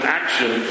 action